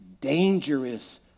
dangerous